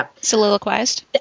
soliloquized